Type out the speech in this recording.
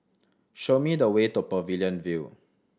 show me the way to Pavilion View